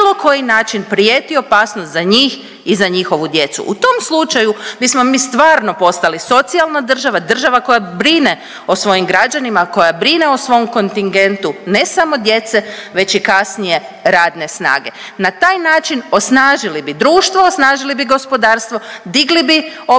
o svojim građanima, koja brine o svom kontingentu ne samo djece već i kasnije radne snage. Na taj način osnažili bi društvo, osnažili bi gospodarstvo, digli bi obrazovnu